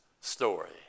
story